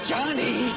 Johnny